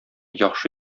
яхшы